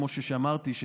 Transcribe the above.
כמו שאמרתי,